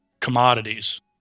commodities